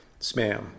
spam